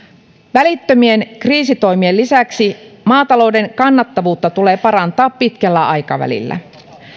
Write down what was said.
välittömien kriisitoimien lisäksi maatalouden kannattavuutta tulee parantaa pitkällä aikavälillä